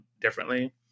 differently